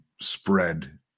spread